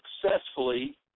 successfully